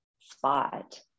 spot